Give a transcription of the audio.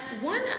one